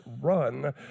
run